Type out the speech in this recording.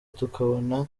tukabona